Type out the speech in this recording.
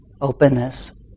openness